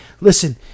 listen